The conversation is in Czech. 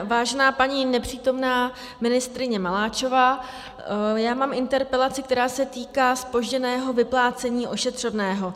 Vážená paní nepřítomná ministryně Maláčová, já mám interpelaci, která se týká zpožděného vyplácení ošetřovného.